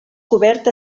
cobert